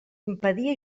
impedia